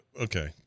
okay